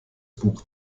buch